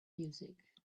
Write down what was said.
music